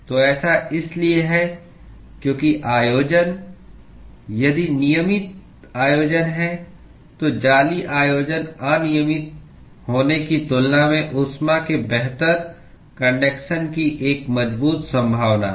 तो ऐसा इसलिए है क्योंकि आयोजन यदि नियमित आयोजन है तो जाली आयोजन अनियमित होने की तुलना में ऊष्मा के बेहतर कन्डक्शन की एक मजबूत संभावना है